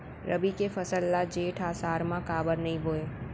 रबि के फसल ल जेठ आषाढ़ म काबर नही बोए?